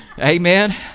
Amen